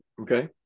Okay